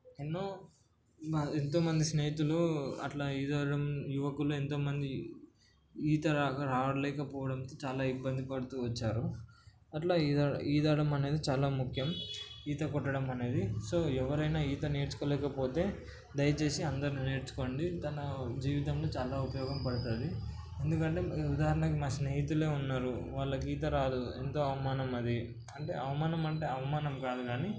ఎన్నో మా ఎంతో మంది స్నేహితులు అట్ల ఈదడం యువకులు ఎంతోమంది ఈతరాక రాలేకపోవడం చాలా ఇబ్బంది పడుతూ వచ్చారు అట్లా ఈదడం ఈదడం అనేది చాలా ముఖ్యం ఈత కొట్టడం అనేది సో ఎవరైనా ఈత నేర్చుకోలేకపోతే దయచేసి అందరూ నేర్చుకోండి చాలా జీవితంలో చాలా ఉపయోగం పడుతుంది ఎందుకంటే ఉదాహరణకి మా స్నేహితులే ఉన్నారు వాళ్ళకి ఈత రాదు ఎంతో అవమానం అది అంటే అవమానం అంటే అవమానం కాదు కానీ